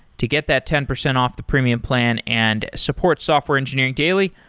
to get that ten percent off the premium plan and support software engineering daily,